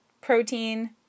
protein